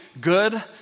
good